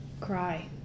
cry